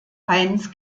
heinz